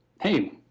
hey